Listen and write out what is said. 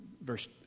Verse